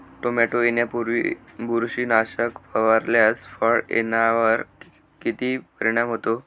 Tomato येण्यापूर्वी बुरशीनाशक फवारल्यास फळ येण्यावर किती परिणाम होतो?